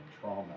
trauma